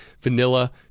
vanilla